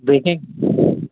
देखें